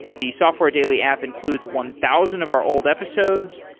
the software daily app includes one thousand of our old episodes,